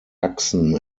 achsen